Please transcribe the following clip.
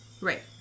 Right